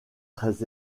très